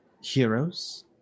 heroes